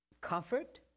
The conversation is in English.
comfort